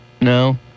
no